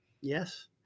Yes